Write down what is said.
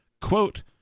Quote